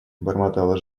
бормотала